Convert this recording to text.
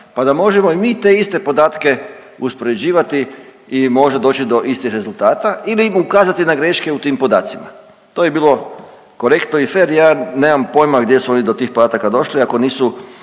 pa da možemo i mi te iste podatke uspoređivati i možda doći do istih rezultata ili im ukazati na greške u tim podacima. To bi bilo korektno i fer. Ja nemam pojma gdje su oni do tih podataka došli, ako nisu